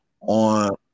on